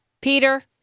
Peter